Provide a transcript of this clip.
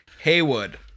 Haywood